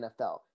NFL